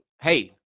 Hey